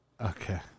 Okay